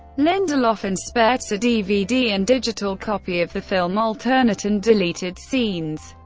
lindelof and spaihts, a dvd and digital copy of the film, alternate and deleted scenes,